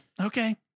Okay